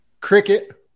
Cricket